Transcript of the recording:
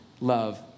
love